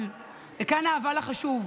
אבל, וכאן ה"אבל" החשוב,